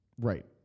Right